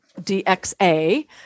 DXA